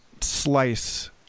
slice